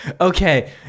Okay